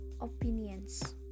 opinions